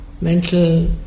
mental